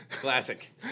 Classic